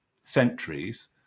centuries